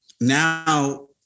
now